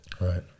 Right